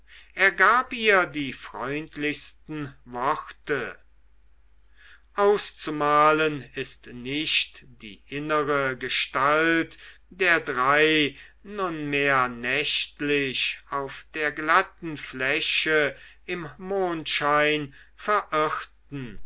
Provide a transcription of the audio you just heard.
er gab ihr die freundlichsten worte auszumalen ist nicht die innere gestalt der drei nunmehr nächtlich auf der glatten fläche im mondschein verirrten